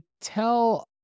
tell